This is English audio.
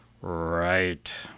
Right